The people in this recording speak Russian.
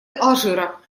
алжира